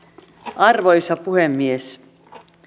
arvoisa puhemies